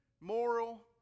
moral